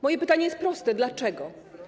Moje pytanie jest proste: Dlaczego?